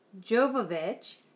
Jovovich